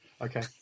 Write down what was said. Okay